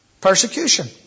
persecution